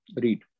Read